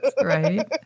Right